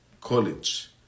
college